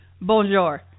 bonjour